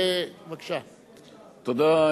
תודה,